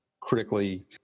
critically